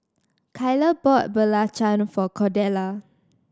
Kyler bought belacan for Cordella